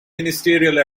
ministerial